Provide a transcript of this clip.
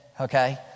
Okay